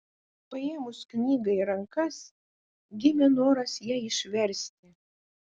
paėmus knygą į rankas gimė noras ją išversti